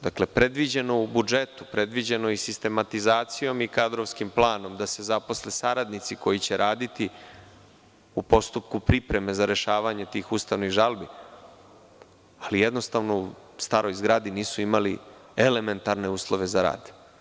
Dakle, predviđeno u budžetu, predviđeno i sistematizacijom i kadrovskim planom da se zaposle saradnici koji će raditi u postupku pripreme za rešavanje tih ustavnih žalbi, ali jednostavno u staroj zgradi nisu imali elementarne uslove za rad.